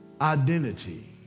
identity